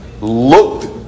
look